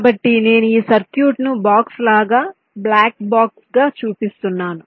కాబట్టి నేను ఈ సర్క్యూట్ను బాక్స్ లాగా బ్లాక్ బాక్స్గా చూపిస్తున్నాను